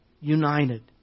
united